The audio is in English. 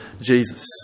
Jesus